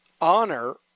honor